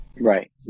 Right